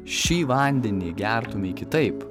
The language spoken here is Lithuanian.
šį vandenį gertumei kitaip